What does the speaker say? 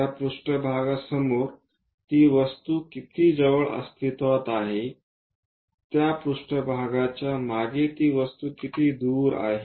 त्या पृष्ठभागासमोर आहे ती वस्तू किती जवळ अस्तित्त्वात आहे त्या पृष्ठभागाच्या मागे ती वस्तू किती दूर आहे